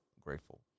grateful